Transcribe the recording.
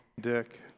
Dick